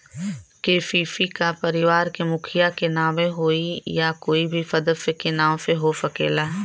KCC का परिवार के मुखिया के नावे होई या कोई भी सदस्य के नाव से हो सकेला?